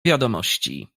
wiadomości